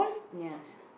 yes